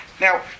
Now